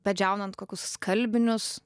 padžiaunant kokius skalbinius